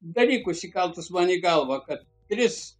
dalykus įkaltus man į galvą kad tris